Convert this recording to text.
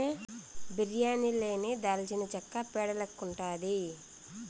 బిర్యానీ లేని దాల్చినచెక్క పేడ లెక్కుండాది